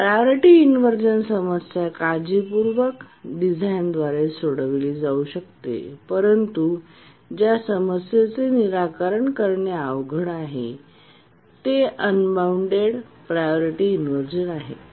priority inversion समस्या काळजीपूर्वक डिझाइनद्वारे सोडविली जाऊ शकते परंतु ज्या समस्येचे निराकरण करणे अवघड आहे ते अनबॉऊण्डेड प्रायोरिटी इनव्हर्जन आहे